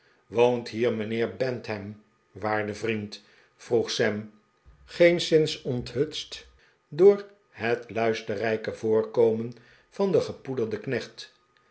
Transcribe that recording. woont hier mijnheer bantam waarde vriend vroeg sam geenszins onthutst door het luisterrijke voorkomen van den gepoederden knecht